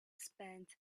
spent